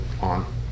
on